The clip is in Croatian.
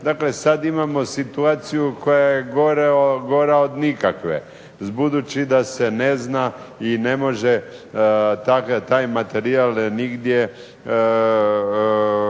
Dakle sad imamo situaciju koja je gora od nikakve, budući da se ne zna i ne može taj materijal nigdje